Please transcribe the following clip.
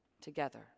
together